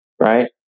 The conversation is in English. right